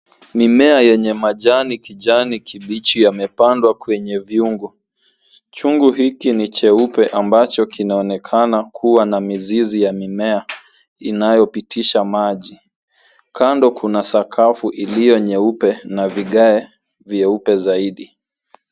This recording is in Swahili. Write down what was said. Mimea yenye majani kijani kibichi yamepandwa kwenye vyungu. Chungu hiki ni cheupe ambacho kinaonekana kuwa na mizizi ya mimea inayopitisha maji. Kando kuna sakafu iliyo nyeupe na vigae vyeupe zaidi.